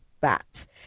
bats